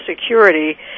security